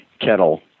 kettle